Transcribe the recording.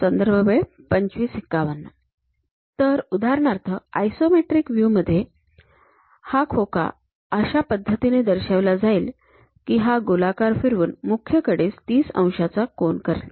तर उदाहरणार्थ isometric view मध्ये हा खोका अशा पद्धतीने दर्शविला जाईल की हा गोलाकार फिरवून मुख्य कडेस ३० अंशांचा कोन करेल